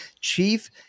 Chief